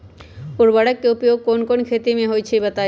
उर्वरक के उपयोग कौन कौन खेती मे होई छई बताई?